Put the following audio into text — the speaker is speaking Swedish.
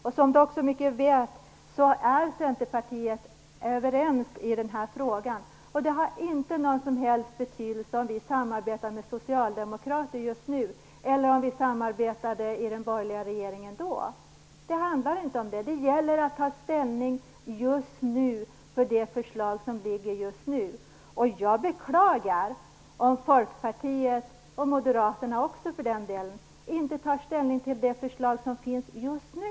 Erling Bager vet också att man i Centerpartiet är överens i den här frågan. Det har inte någon som helst betydelse om vi samarbetar med socialdemokrater just nu eller om vi samarbetade i den borgerliga regeringen då. Det handlar inte om det. Det gäller att ta ställning just nu till det förslag som föreligger just nu. Jag beklagar om Folkpartiet - och Moderaterna också, för den delen - inte tar ställning till det förslag som finns just nu.